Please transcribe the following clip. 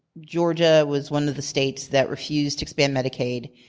georgia was one of the states that refused to expand medicaid,